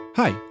hi